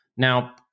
Now